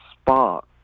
spark